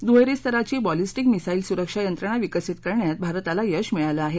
दुहेरी स्तराची ballistic missile सुरक्षा यंत्रणा विकसित करण्यात भारताला यश मिळालं आहे